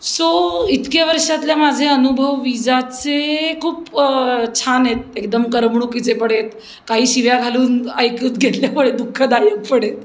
so इतके वर्षातल्या माझे अनुभव विजाचे खूप छान आहेत एकदम करमणुकीचे पण आहेत काही शिव्या घालून ऐकून घेतल्यामुळे दुःखदायक पण आहेत